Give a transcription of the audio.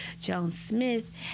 Jones-Smith